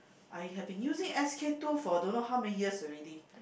I have been using S_K-two for don't know how many years already